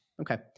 Okay